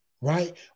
right